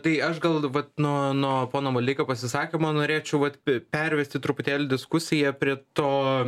tai aš gal vat nuo nuo pono maldeikio pasisakymo norėčiau vat pervesti truputėlį diskusiją prie to